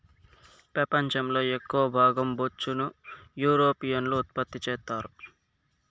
పెపంచం లో ఎక్కవ భాగం బొచ్చును యూరోపియన్లు ఉత్పత్తి చెత్తారు